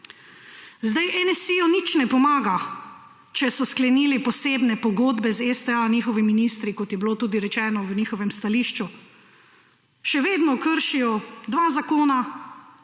Zdaj NSi nič ne pomaga, če so sklenili posebne pogodbe z STA njihovi ministri kot je bilo tudi rečeno v njihovem stališču. Še vedno kršijo dva zakona,